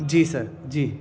جی sir جی